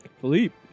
Philippe